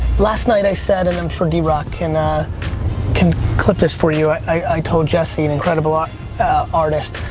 last night i said, and i'm sure d rock and can clip this for you, i i told jessie, an incredible ah artist,